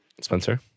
Spencer